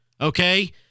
Okay